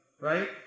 Right